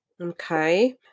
Okay